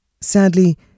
Sadly